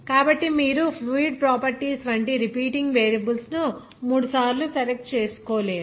కాబట్టి మీరు fluid properties వంటి రిపీటింగ్ వేరియబుల్స్ ను మూడుసార్లు సెలెక్ట్ చేసుకోలేరు